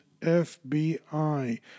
FBI